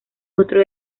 otro